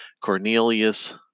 Cornelius